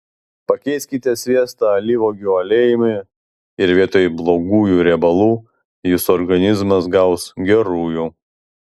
pakeiskite sviestą alyvuogių aliejumi ir vietoj blogųjų riebalų jūsų organizmas gaus gerųjų